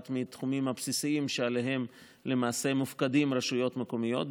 אחד מהתחומים הבסיסיים שעליהם מופקדות רשויות מקומיות,